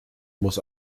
muss